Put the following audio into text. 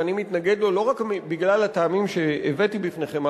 ואני מתנגד לו לא רק בגלל הטעמים שהבאתי בפניכם,